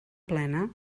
plena